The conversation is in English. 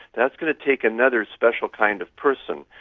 that's going to take another special kind of person.